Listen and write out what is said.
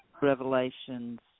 revelations